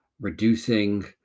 reducing